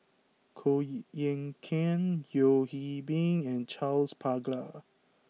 Koh Eng Kian Yeo Hwee Bin and Charles Paglar